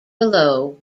below